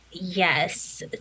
Yes